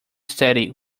steady